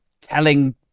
telling